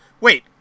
wait